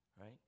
right